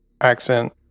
accent